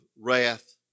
wrath